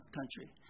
country